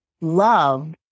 love